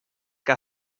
que